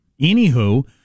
Anywho